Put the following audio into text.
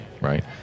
Right